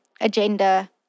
agenda